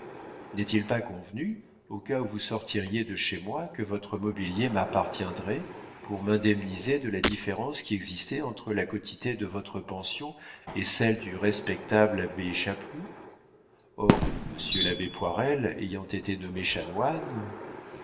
n'est-il pas convenu au cas où vous sortiriez de chez moi que votre mobilier m'appartiendrait pour m'indemniser de la différence qui existait entre la quotité de votre pension et celle du respectable abbé chapeloud or monsieur l'abbé poirel ayant été nommé